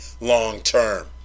long-term